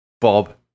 Bob